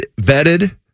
vetted